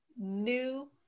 new